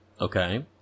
Okay